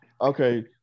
Okay